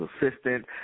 assistant